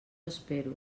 espero